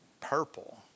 purple